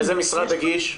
איזה משרד הגיש?